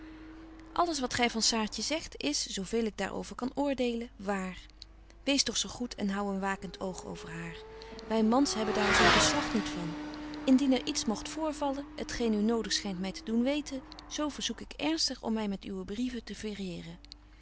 alles wat gy van saartje zegt is zo veel ik daar over kan oordeelen wààr wees toch zo goed en hou een wakent oog over haar betje wolff en aagje deken historie van mejuffrouw sara burgerhart wy mans hebben daar zo den slag niet van indien er iets mogt voorvallen t geen u nodig schynt my te doen weten zo verzoek ik ernstig om my met uwe brieven te